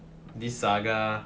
this saga